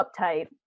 uptight